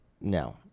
no